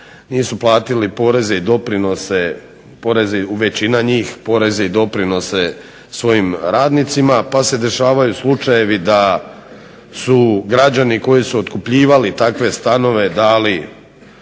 nisu platili poreze i doprinose, poreze većina njih, poreze i doprinose svojim radnicima, pa se dešavaju slučajevi da su građani koji su otkupljivali takve stanove dali